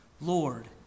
Lord